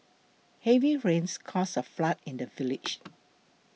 heavy rains caused a flood in the village